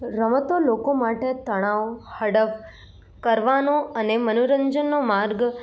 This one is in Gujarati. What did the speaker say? રમતો લોકો માટે તણાવ હળવો કરવાનો અને મનોરંજનનો માર્ગ